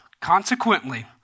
Consequently